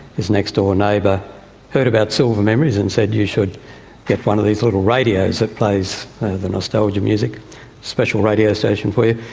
his next-door neighbour heard about silver memories and said you should get one of these little radios that plays the nostalgia music, a special radio station for you.